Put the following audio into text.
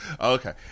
Okay